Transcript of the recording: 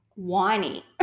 whiny